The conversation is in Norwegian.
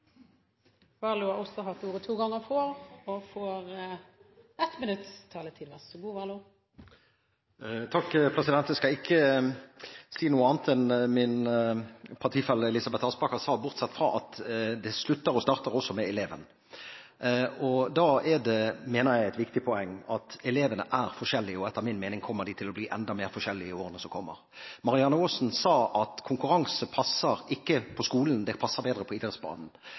hatt ordet to ganger og får ordet til en kort merknad, begrenset til 1 minutt. Jeg skal ikke si noe annet enn min partifelle Elisabeth Aspaker sa, bortsett fra at det slutter og starter også med eleven. Da er det, mener jeg, et viktig poeng at elevene er forskjellige, og etter min mening kommer de til å bli enda mer forskjellige i årene som kommer. Representanten Marianne Aasen sa at konkurranse ikke passer i skolen, det passer bedre på idrettsbanen.